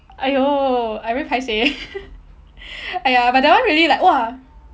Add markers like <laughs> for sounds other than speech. !aiyo! I very paiseh eh <laughs> !aiya! but that one really like !wah!